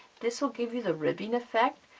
this will give you the ribbing effect.